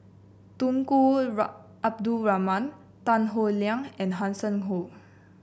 Tunku Abdul Rahman Tan Howe Liang and Hanson Ho